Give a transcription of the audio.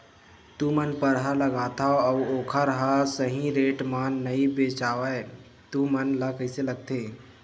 तू मन परहा लगाथव अउ ओखर हा सही रेट मा नई बेचवाए तू मन ला कइसे लगथे?